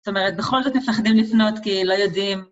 זאת אומרת, בכל זאת מפחדים לפנות כי לא יודעים.